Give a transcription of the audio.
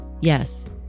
Yes